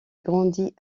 grandit